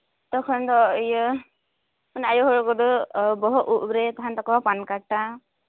ᱛᱚᱠᱷᱚᱱ ᱫᱚ ᱤᱭᱟᱹ ᱢᱟᱱᱮ ᱟᱭᱳ ᱦᱚᱲ ᱠᱚᱫᱚ ᱵᱚᱦᱚᱜ ᱩᱯ ᱨᱮ ᱛᱟᱦᱮᱱ ᱛᱟᱠᱚᱣᱟ ᱯᱟᱱᱠᱟᱴᱟ